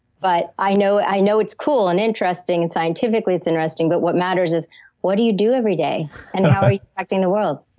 but i know i know it's cool and interesting. and scientifically, it's interesting, but what matters is what do you do every day and how are you affecting the world.